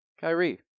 Kyrie